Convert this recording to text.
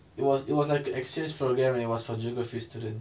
it was it was like a exchange programme it was for geography student